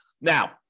Now